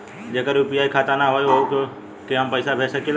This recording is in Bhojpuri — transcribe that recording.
जेकर यू.पी.आई खाता ना होई वोहू के हम पैसा भेज सकीला?